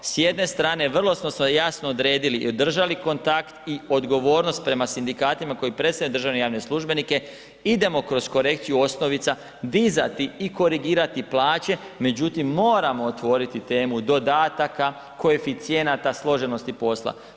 S jedne strane vrlo smo se jasno odredili i držali kontakt i odgovornost prema sindikatima koji predstavljaju državne i javne službenike, idemo kroz korekciju osnovica dizati i korigirati plaće, međutim moramo otvoriti temu dodataka, koeficijenata složenosti posla.